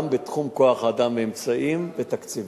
גם בתחום כוח-האדם ואמצעים ותקציבים.